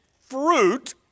fruit